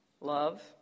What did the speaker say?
Love